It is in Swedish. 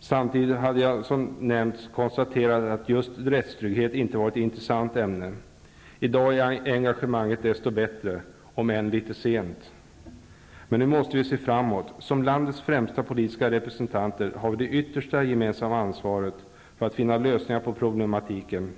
Samtidigt hade jag som nämnts konstaterat att just rättstrygghet inte var ett intressant ämne. I dag är engagemanget desto bättre, om än litet sent. Men nu måste vi se framåt. Som landets främsta politiska representanter har vi gemensamt det yttersta ansvaret för att finna lösningar på problematiken.